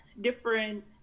different